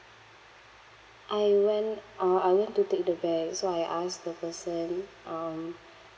I went uh I went to take the bag so I asked the person um